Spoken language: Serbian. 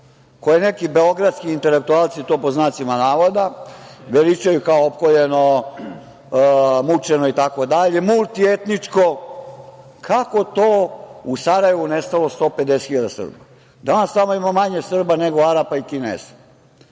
koji neki beogradski intelektualci to pod znacima navoda veličaju kao opkoljeno, mučeno, multietničko, kako to u Sarajevu nestalo 150 hiljada Srba? Danas tamo ima manje Srba nego Arapa i Kineza.